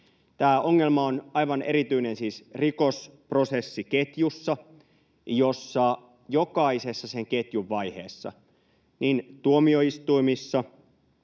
Tämä ongelma on aivan erityinen rikosprosessiketjussa, jossa sen ketjun jokaisessa vaiheessa, niin tuomioistuimissa,